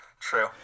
True